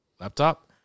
Laptop